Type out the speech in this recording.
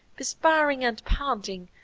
perspiring and panting,